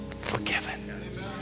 forgiven